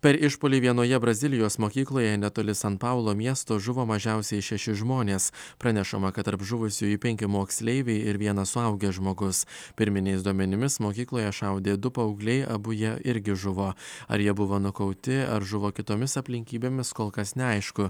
per išpuolį vienoje brazilijos mokykloje netoli san paulo miesto žuvo mažiausiai šeši žmonės pranešama kad tarp žuvusiųjų penki moksleiviai ir vienas suaugęs žmogus pirminiais duomenimis mokykloje šaudė du paaugliai abu jie irgi žuvo ar jie buvo nukauti ar žuvo kitomis aplinkybėmis kol kas neaišku